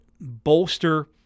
Bolster